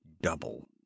double